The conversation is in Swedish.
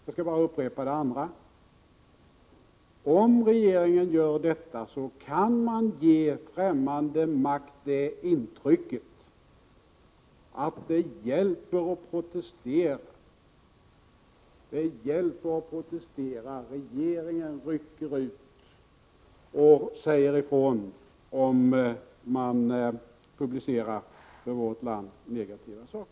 Jag skall bara upprepa det andra skälet: Om regeringen gör detta, så kan man ge främmande makt det intrycket att det hjälper att protestera, att regeringen rycker ut och säger ifrån om man publicerar för vårt land negativa saker.